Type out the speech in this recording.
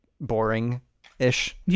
boring-ish